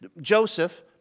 Joseph